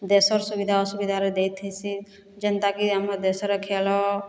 ଦେଶର୍ ସୁବିଧା ଅସୁବିଧାର୍ ଦେଇଥିସି ଯେନ୍ତାକି ଆମର୍ ଦେଶର ଖେଳ